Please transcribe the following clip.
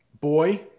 boy